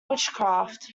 witchcraft